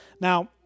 Now